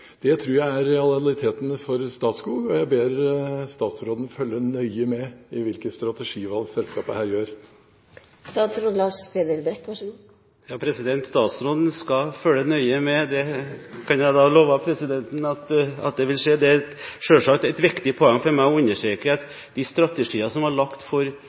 Det tror jeg er realiteten for Statskog, og jeg ber statsråden følge nøye med på hvilke strategivalg selskapet her gjør. Statsråden skal følge nøye med – jeg kan love at det vil skje! Det er selvsagt et viktig poeng for meg å understreke at de strategier som var lagt for